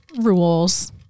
rules –